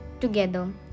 together